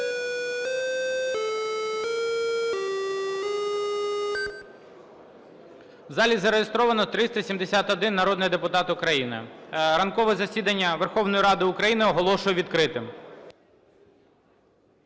В залі зареєстровано 371 народний депутат України. Ранкове засідання Верховної Ради України оголошую відкритим.